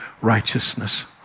righteousness